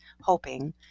hoping